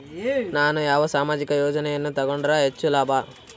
ನಾನು ಯಾವ ಸಾಮಾಜಿಕ ಯೋಜನೆಯನ್ನು ತಗೊಂಡರ ಹೆಚ್ಚು ಲಾಭ?